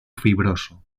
fibroso